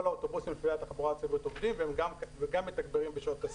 האוטובוסים בתחבורה הציבורית עובדים וגם מתגברים בשעות השיא.